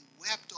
wept